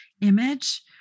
image